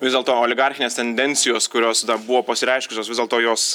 vis dėlto oligarchinės tendencijos kurios dar buvo pasireiškusios vis dėlto jos